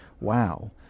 Wow